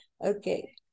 Okay